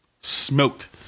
Smoked